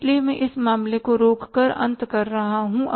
इसलिए मैं इस मामले को रोक कर अंत कर रहा हूं